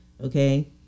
Okay